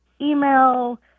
email